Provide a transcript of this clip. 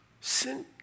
Sin